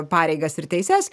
pareigas ir teises